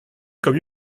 comme